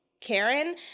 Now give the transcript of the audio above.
Karen